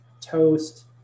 toast